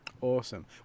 awesome